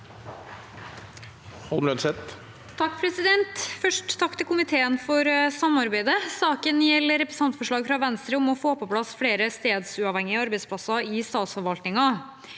sa- ken): Først en takk til komiteen for samarbeidet. Saken gjelder et representantforslag fra Venstre om å få på plass flere stedsuavhengige arbeidsplasser i statsforvaltningen.